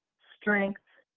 strength,